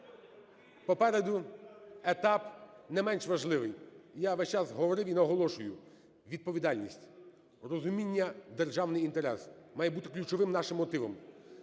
Попереду етап не менш важливий. Я весь час говорив і наголошую: відповідальність, розуміння, державний інтерес мають бути ключовим мотивом.